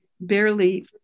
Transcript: barely